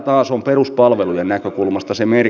ensimmäinen on laguna hanke